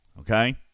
Okay